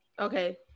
Okay